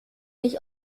nicht